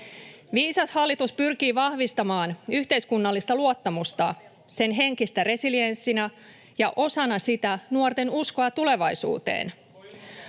Viisas hallitus pyrkii vahvistamaan yhteiskunnallista luottamusta, sen henkistä resilienssiä ja osana sitä nuorten uskoa tulevaisuuteen.